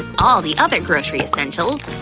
all the other grocery essentials.